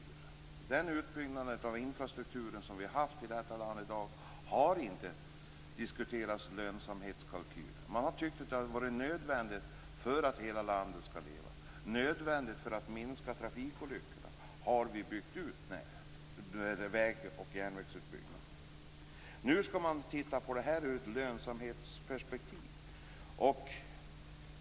I samband med den utbyggnad av infrastrukturen som vi har haft i detta land har inte lönsamhetskalkyler diskuterats. Man har tyckt att utbyggnaden har varit nödvändig för att hela landet skall leva. För att minska antalet trafikolyckor har vägar och järnvägar byggts ut. Nu skall man se på utbyggnaden från ett lönsamhetsperspektiv.